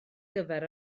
gyfer